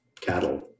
cattle